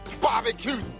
barbecue